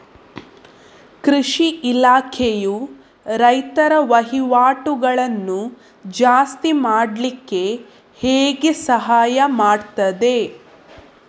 ಕೃಷಿ ಇಲಾಖೆಯು ರೈತರ ವಹಿವಾಟುಗಳನ್ನು ಜಾಸ್ತಿ ಮಾಡ್ಲಿಕ್ಕೆ ಹೇಗೆ ಸಹಾಯ ಮಾಡ್ತದೆ?